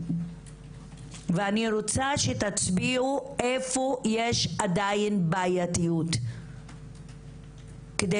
אני רוצה שתצביעו איפה יש עדיין בעייתיות כדי